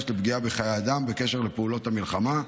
לפגיעה בחיי אדם בקשר לפעולות המלחמה.